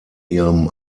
ihrem